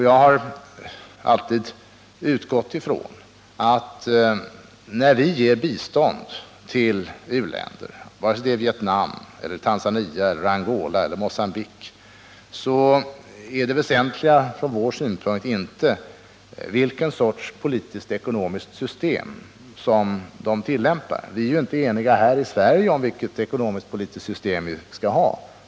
Jag har alltid utgått ifrån att när vi ger bistånd till u-länder — vare sig det gäller Vietnam, Tanzania, Angola eller Mogambique — är det väsentliga från vår synpunkt inte vilket slags politiskt-ekonomiskt system man tillämpar. Vi är ju inte eniga här i Sverige om vilket politiskt-ekonomiskt system vi skall ha.